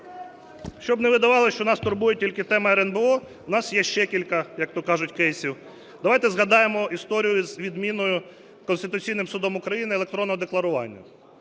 Щоб не видавалося, що нас турбує тільки тема РНБО, в нас є ще кілька, як то кажуть, кейсів. Давайте згадаємо історію із відміною Конституційним Судом України електронного декларування,